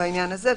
בעניין הזה.